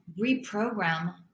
reprogram